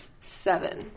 seven